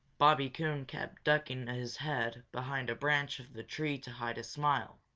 bobby coon kept ducking his head behind a branch of the tree to hide a smile.